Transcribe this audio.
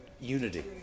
Unity